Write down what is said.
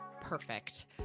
perfect